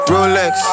Rolex